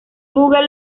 google